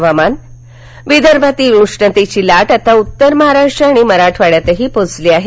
हवामान विदर्भातली उष्णतेची लाट आता उत्तर महाराष्ट्र आणि मराठवाड्यातही पोहोचली आहे